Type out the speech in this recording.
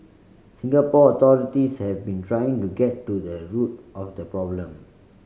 Singapore authorities have been trying to get to the root of the problem